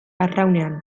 arraunean